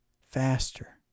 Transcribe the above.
faster